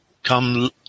Come